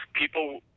people